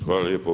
Hvala lijepa.